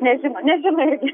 nežino nežino irgi